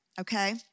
okay